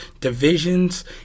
divisions